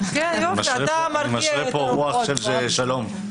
אני משרה פה רוח של שלום...